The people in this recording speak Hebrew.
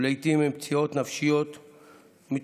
לעיתים הן פציעות נפשיות מתמשכות,